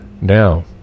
Now